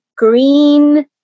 green